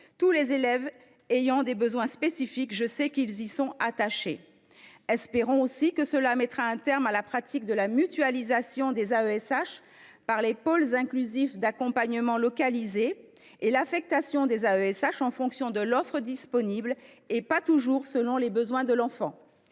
tous les élèves ayant des besoins spécifiques. Je sais qu’ils y sont attachés. Espérons aussi qu’elle mettra un terme à la pratique de la mutualisation des AESH par les pôles inclusifs d’accompagnement localisés (Pial) et à leur affectation en fonction de l’offre disponible et non, toujours, des besoins de l’enfant.